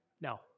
No